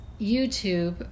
YouTube